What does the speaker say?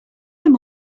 him